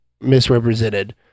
misrepresented